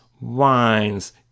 wines